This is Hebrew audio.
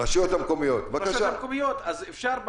אז אפשר,